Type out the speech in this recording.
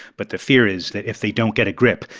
but the fear is that if they don't get a grip,